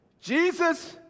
Jesus